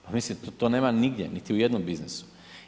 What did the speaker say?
Pa mislim, to nema nigdje niti u jednom biznisu.